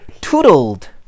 tootled